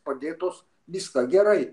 padėtos viską gerai